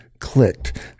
clicked